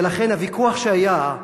ולכן, הוויכוח שהיה,